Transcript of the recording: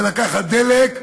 זה לקחת דלק כדי,